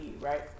right